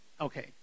Okay